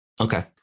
Okay